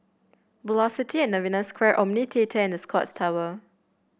Velocity At Novena Square Omni Theatre and The Scotts Tower